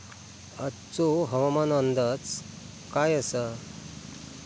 आजचो हवामान अंदाज काय आसा?